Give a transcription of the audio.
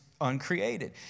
uncreated